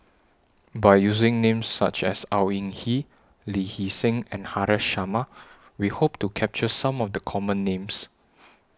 By using Names such as Au Yee Hing Lee Hee Seng and Haresh Sharma We Hope to capture Some of The Common Names